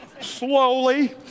slowly